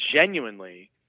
genuinely